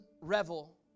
revel